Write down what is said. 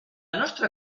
nostra